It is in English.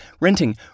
renting